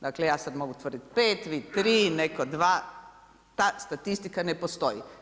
Dakle ja sad mogu tvrditi 5, vi 3, netko 2, ta statistika ne postoji.